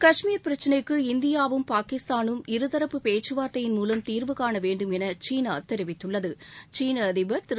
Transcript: கஷ்மீர் பிரச்சினைக்கு இந்தியாவும் பாகிஸ்தானும் இருதரப்பு பேச்சுவார்த்தையின் மூலம் தீர்வு காண வேண்டும் என சீனா தெரிவித்துள்ளது சீன அதிபர் திரு